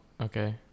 okay